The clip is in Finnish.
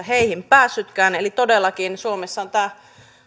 heihin päässytkään eli todellakin suomessa on tämä